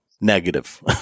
negative